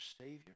Savior